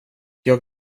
jag